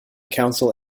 council